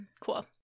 cool